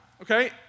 okay